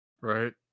Right